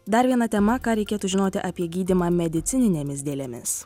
dar viena tema ką reikėtų žinoti apie gydymą medicininėmis dėlėmis